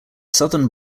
southern